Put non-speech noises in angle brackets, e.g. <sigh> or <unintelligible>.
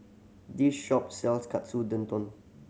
the shop sells Katsu <unintelligible>